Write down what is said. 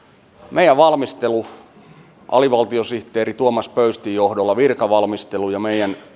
meidän valmistelumme alivaltiosihteeri tuomas pöystin johdolla virkavalmistelu ja meidän